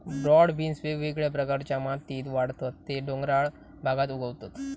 broad beans वेगवेगळ्या प्रकारच्या मातीत वाढतत ते डोंगराळ भागात उगवतत